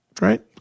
Right